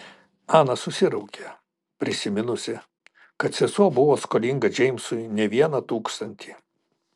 ana susiraukė prisiminusi kad sesuo buvo skolinga džeimsui ne vieną tūkstantį